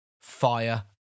Fire